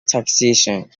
taxation